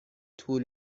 طول